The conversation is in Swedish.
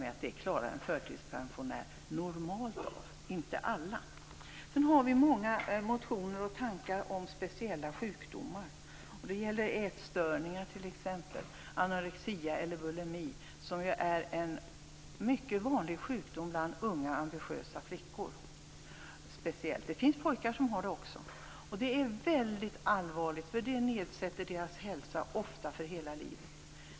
Det klarar en förtidspensionär normalt, inte alla. Sedan har vi många tankar och motioner om speciella sjukdomar, t.ex. ätstörningar, anorexi eller bulimi, som är ju mycket vanliga speciellt bland unga ambitiösa flickor. Det finns pojkar också som har det. Det är väldigt allvarligt, för det nedsätter deras hälsa ofta för hela livet.